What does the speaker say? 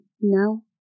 No